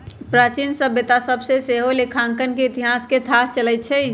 प्राचीन सभ्यता सभ से सेहो लेखांकन के इतिहास के थाह चलइ छइ